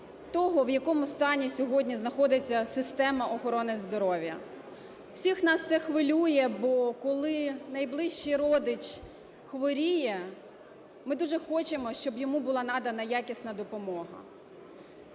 того, в якому стані сьогодні знаходиться система охорони здоров'я. Всіх нас це хвилює, бо коли найближчий родич хворіє, ми дуже хочемо, щоб йому була надана якісна допомога.